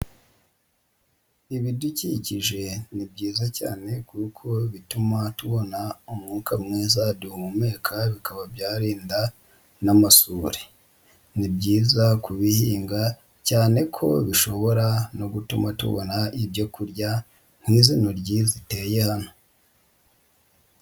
Ibidukikije ni byiza cyane kuko bituma tubona umwuka mwiza duhumeka bikaba byarinda n'amasuri. Ni byiza ku bihinga cyane ko bishobora no gutuma tubona ibyo kurya nk'izi ntoryi ziteye hano.